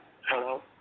Hello